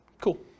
Cool